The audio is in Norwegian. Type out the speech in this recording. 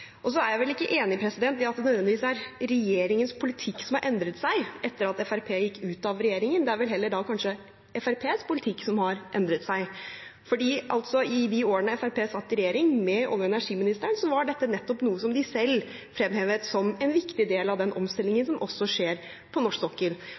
Så er jeg vel ikke enig i at det nødvendigvis er regjeringens politikk som har endret seg etter at Fremskrittspartiet gikk ut av regjeringen. Det er vel heller kanskje Fremskrittspartiets politikk som har endret seg, for i de årene Fremskrittspartiet satt i regjering og hadde olje- og energiministeren, var dette nettopp noe som de selv fremhevet som en viktig del av den